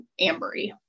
Ambery